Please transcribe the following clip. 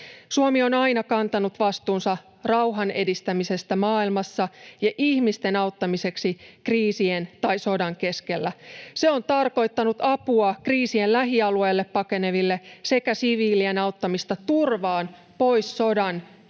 Suomi on aina kantanut vastuunsa rauhan edistämisestä maailmassa ja ihmisten auttamiseksi kriisien tai sodan keskellä. Se on tarkoittanut apua kriisien lähialueelle pakeneville sekä siviilien auttamista turvaan pois sodan tai